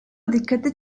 dikkati